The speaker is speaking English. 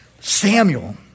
Samuel